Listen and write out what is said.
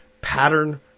Pattern